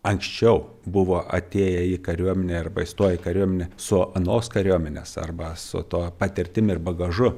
anksčiau buvo atėję į kariuomenę arba įstoję į kariuomenę su anos kariuomenės arba su tuo patirtim ir bagažu